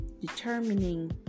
determining